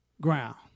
ground